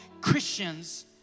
Christians